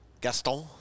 Gaston